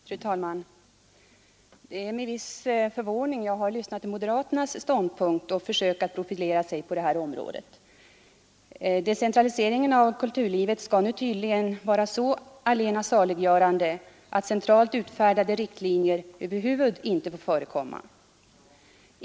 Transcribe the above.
Fru talman! Det är med viss förvåning jag har lyssnat på moderaternas synpunkter och försök att profilera sig på detta område. Decentraliseringen av kulturlivet skall nu tydligen vara så allena saliggörande att centralt utfärdade riktlinjer över huvud inte får förekomma.